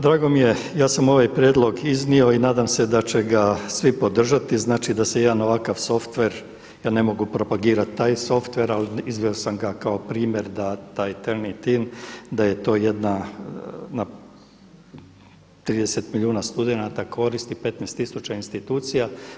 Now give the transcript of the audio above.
Drago mi je, ja sam ovaj prijedlog iznio i nadam se da će ga svi podržati, znači da se jedan ovakav software, ja ne mogu propagirati taj software ali iznio sam ga kao primjer da taj Turnitin, da je to jedna na 30 milijuna studenata koristi 15 tisuća institucija.